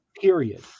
period